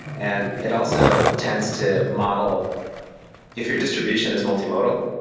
and it also tends to model if your distribution is multimodal,